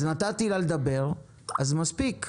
נתתי לה לדבר, אז מספיק,